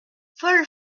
folle